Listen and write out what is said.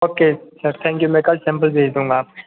okay sir thank you मैं कल sample भेज दूँगा आप